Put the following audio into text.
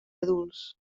adults